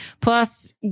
plus